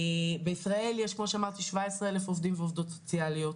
בישראל יש 17,000 עובדות ועובדים סוציאליים.